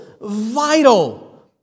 vital